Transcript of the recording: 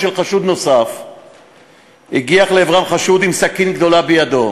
של חשוד נוסף הגיח לעברם חשוד עם סכין גדולה בידו